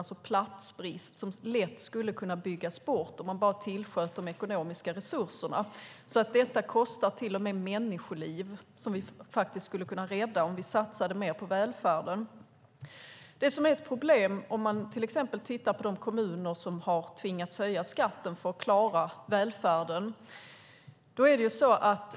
Det är platsbrist som lätt skulle kunna byggas bort om man bara tillskjuter de ekonomiska resurserna. Detta kostar till och med människoliv som vi faktiskt skulle kunna rädda om vi satsade mer på välfärden. Det är ett problem. Man kan till exempel titta på de kommuner som har tvingats höja skatten för att klara välfärden.